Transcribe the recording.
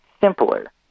simpler